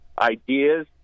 ideas